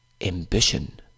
ambition